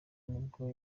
nibwo